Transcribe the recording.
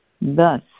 Thus